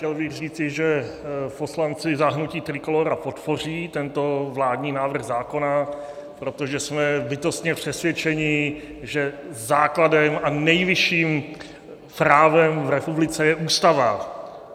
Chtěl bych říci, že poslanci za hnutí Trikolóra podpoří tento vládní návrh zákona, protože jsme bytostně přesvědčeni, že základem a nejvyšším právem v republice je Ústava.